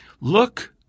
look